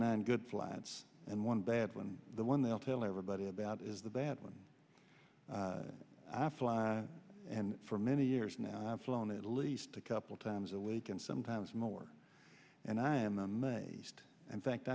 nine good flats and one bad one the one they'll tell everybody about is the bad one i fly and for many years now i've flown at least a couple times a week and sometimes more and i am amazed